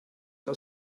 aus